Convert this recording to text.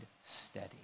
steady